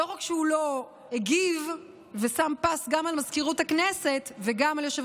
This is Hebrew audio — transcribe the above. לא רק שהוא לא הגיב ושם פס גם על מזכירות